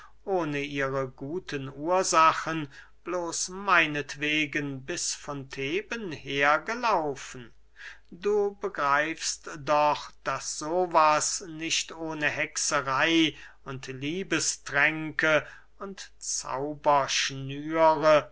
ohne ihre guten ursachen bloß meinetwegen bis von theben hergelaufen du begreifst doch daß so was nicht ohne hexerey und liebestränke und